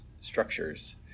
structures